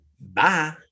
bye